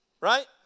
right